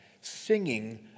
singing